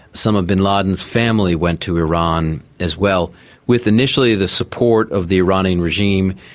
some of bin laden's family went to iran as well with initially the support of the iranian regime,